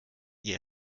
ihr